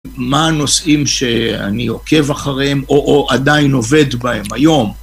מה הנושאים שאני עוקב אחריהם, או עדיין עובד בהם היום?